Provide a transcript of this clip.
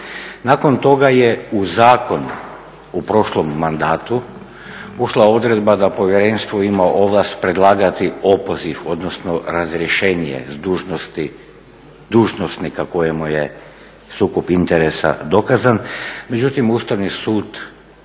Nakon toga je u zakon u prošlom mandatu ušla odredba da povjerenstvo ima ovlast predlagati opoziv odnosno razrješenje s dužnosti dužnosnika kojemu je sukob interesa dokazan, međutim Ustavni sud